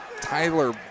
Tyler